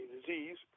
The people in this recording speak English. disease